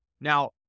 Now